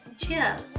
cheers